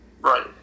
Right